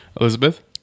Elizabeth